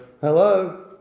Hello